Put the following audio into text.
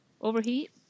overheat